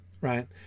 right